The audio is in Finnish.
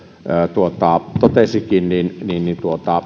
totesikin